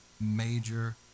major